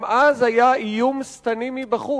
גם אז היה איום שטני מבחוץ.